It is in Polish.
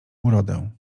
urodę